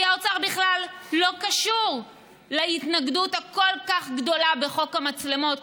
כי האוצר בכלל לא קשור להתנגדות הכל-כך גדולה לחוק המצלמות,